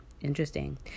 Interesting